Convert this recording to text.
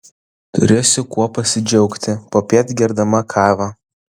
turėsiu kuo pasidžiaugti popiet gerdama kavą